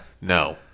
no